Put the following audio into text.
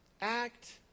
act